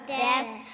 death